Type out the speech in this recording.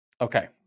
Okay